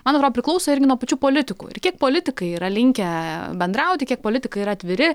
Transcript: man atrodo priklauso irgi nuo pačių politikų ir kiek politikai yra linkę bendrauti kiek politikai yra atviri